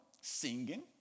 singing